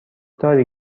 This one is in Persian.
داری